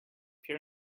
pure